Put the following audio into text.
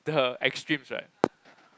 the extremes right